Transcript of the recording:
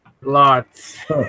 Lots